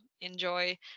enjoy